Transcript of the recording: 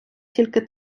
тільки